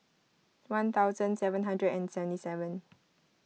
one thousand seven hundred and seven